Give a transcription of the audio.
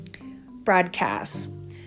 broadcasts